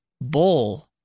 Bowl